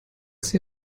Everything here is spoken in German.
sie